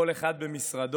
כל אחד במשרדו.